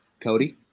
Cody